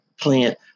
plant